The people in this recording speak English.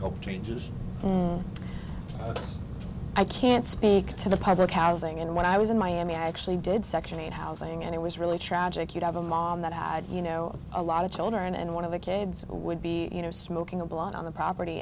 help changes i can't speak to the public housing and when i was in miami i actually did section eight housing and it was really tragic you'd have a mom that had you know a lot of children and one of the kids would be you know smoking a blot on the property